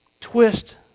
twist